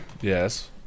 Yes